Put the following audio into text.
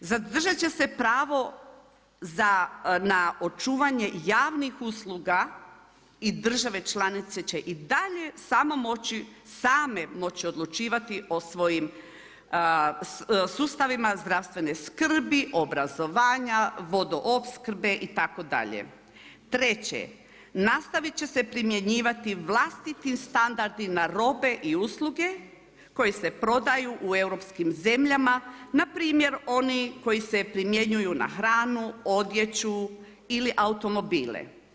1. Zadržat će se pravo na očuvanje javnih usluga i države članice će i dalje samo moći same moći odlučivati o svojim sustavima zdravstvene skrbi, obrazovanja, vodoopskrbe itd. 1. Nastavit će se primjenjivati vlastiti standardi na robe i usluge koje se prodaju u europskim zemljama, na primjer oni koji se primjenjuju na hranu, odjeću ili automobile.